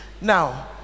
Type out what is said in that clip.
Now